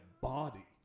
body